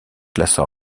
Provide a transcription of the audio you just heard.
classa